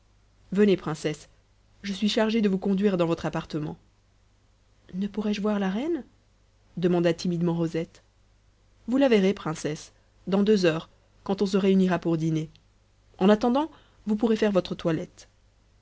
venez princesse je suis chargé de vous conduire dans votre appartement ne pourrai-je voir la reine demanda timidement rosette vous la verrez princesse dans deux heures quand on se réunira pour dîner en attendant vous pourrez faire votre toilette